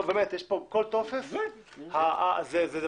כל טופס הוא אחר.